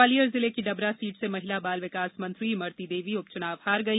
ग्वालियर जिले की डबरा सीट से महिला बाल विकास मंत्री इमरती देवी उपचुनाव हार गई